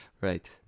Right